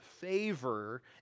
favor